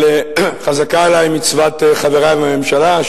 אבל חזקה עלי מצוות חברי מהממשלה,